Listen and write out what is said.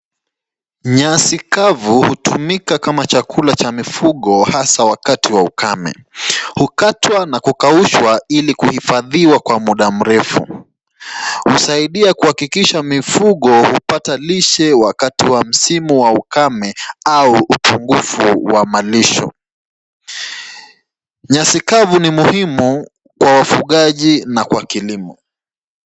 Nyasi kavu hutumika kama chakula cha mifugo hasa wakati wa ukame. Hukatwa na kukaushwa ili kuhifadhiwa kwa muda mrefu. Husaidia kuhakikisha mifugo hupata lishe wakati wa msimu wa ukame au upunguvu wa malisho. Nyasi kavu ni muhimu kwa wafugaji na kwa kilimo.